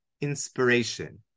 inspiration